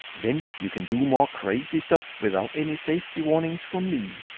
then you can do more crazy stuff without any safety warnings from me.